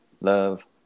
Love